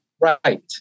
Right